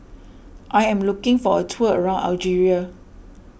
I am looking for a tour around Algeria